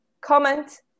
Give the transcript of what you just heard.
Comment